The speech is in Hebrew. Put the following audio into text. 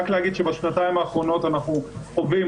רק להגיד שבשנתיים האחרונות אנחנו חווים,